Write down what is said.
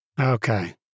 Okay